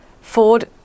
Ford